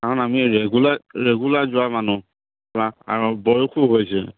কাৰণ আমি regular regular যোৱা মানুহ বা আৰু বয়সো হৈছে